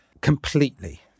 Completely